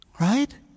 Right